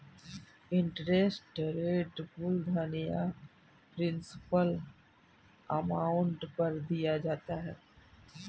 interest rate मूलधन या principal amount पर दिया जाता है